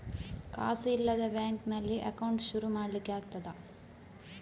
ಕಾಸು ಇಲ್ಲದ ಬ್ಯಾಂಕ್ ನಲ್ಲಿ ಅಕೌಂಟ್ ಶುರು ಮಾಡ್ಲಿಕ್ಕೆ ಆಗ್ತದಾ?